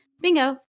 bingo